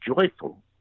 joyful